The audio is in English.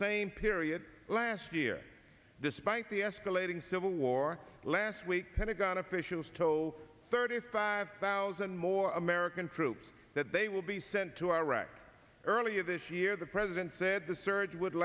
same period last year despite the escalating civil war last week pentagon officials told thirty five thousand more american troops that they will be sent to iraq earlier this year the president said the surge would